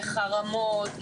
חרמות,